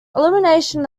elimination